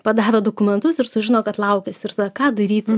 padavę dokumentus ir sužino kad laukiasi ir ką daryti